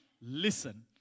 listen